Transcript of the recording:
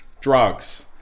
drugs